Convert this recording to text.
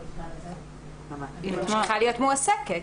היא צריכה להיות מועסקת.